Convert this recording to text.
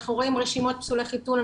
אנחנו רואים רשימות פסולי חיתון,